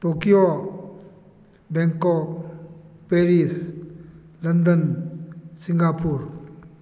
Tokyo Bangkok Paris London Singapore